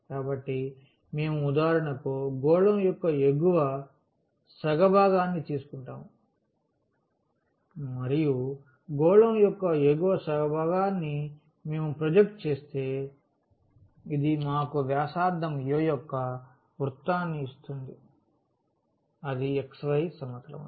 కాబట్టి మేము ఉదాహరణకు గోళం యొక్క ఎగువ సగ భాగాన్ని తీసుకుంటాము మరియు గోళం యొక్క ఎగువ సగ భాగాన్ని మేము ప్రొజెక్ట్ చేస్తే ఇది మాకు వ్యాసార్థం a యొక్క వృత్తాన్ని ఇస్తుంది xy సమతలం లో